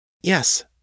Yes